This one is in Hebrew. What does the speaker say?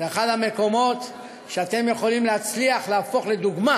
אחד המקומות שאתם יכולים להצליח להפוך לדוגמה